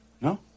No